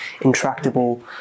intractable